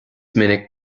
minic